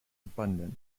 abundant